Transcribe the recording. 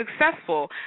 successful